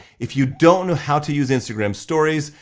if you don't know how to use instagram stories,